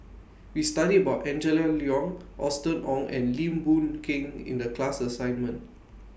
We studied about Angela Liong Austen Ong and Lim Boon Keng in The class assignment